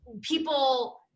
people